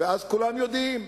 כולם יודעים: